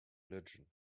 religion